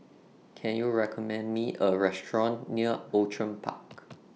Can YOU recommend Me A Restaurant near Outram Park